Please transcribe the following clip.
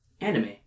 anime